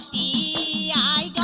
e